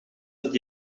dat